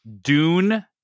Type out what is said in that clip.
Dune